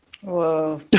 Whoa